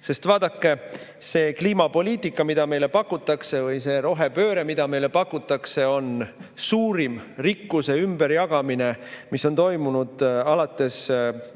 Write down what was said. Sest vaadake, see kliimapoliitika, mida meile pakutakse, või see rohepööre, mida meile pakutakse, on suurim rikkuse ümberjagamine, mis on toimunud alates 1917.